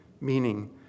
meaning